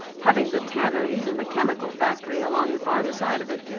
having the tanneries and the chemical factory along the farther side of it,